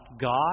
God